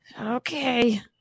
Okay